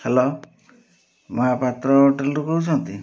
hello Mohapatra ହୋଟେଲ୍ରୁ କହୁଛନ୍ତି